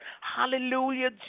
Hallelujah